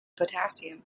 potassium